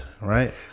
right